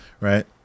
right